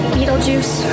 Beetlejuice